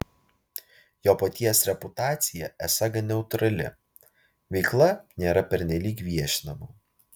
jo paties reputacija esą gan neutrali veikla nėra pernelyg viešinama